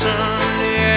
Sunday